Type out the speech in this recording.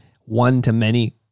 one-to-many